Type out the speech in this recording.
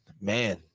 man